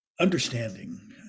understanding